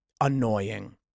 annoying